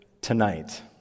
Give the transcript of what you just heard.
tonight